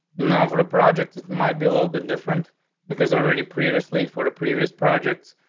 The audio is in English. not for the project. it might be a little bit different because already previously for the previous project.